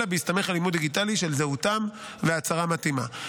אלא בהסתמך על אימות דיגיטלי של זהותם והצהרה מתאימה.